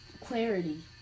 Clarity